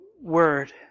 Word